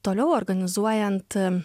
toliau organizuojant